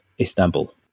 Istanbul